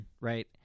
right